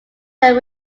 that